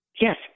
Yes